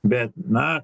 bet na